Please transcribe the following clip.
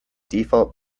default